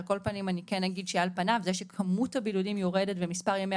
זה שכמות הבידודים יורדת ומספר ימי